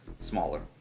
Smaller